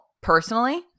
personally